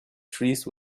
trees